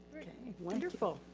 wonderful.